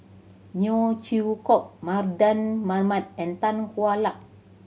Neo Chwee Kok Mardan Mamat and Tan Hwa Luck